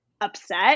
upset